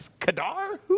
Kadar